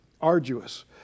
arduous